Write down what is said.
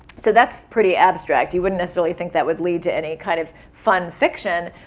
so, that's pretty abstract. you wouldn't necessarily think that would lead to any kind of fun fiction,